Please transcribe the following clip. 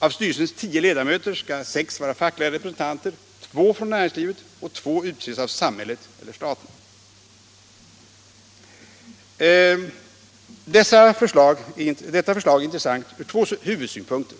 Av styrelsens tio ledamöter skall sex vara fackliga representanter, två från näringslivet och två utses av samhället eller staten. Detta förslag är intressant ur två huvudsynpunkter.